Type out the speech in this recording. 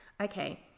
Okay